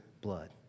blood